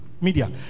media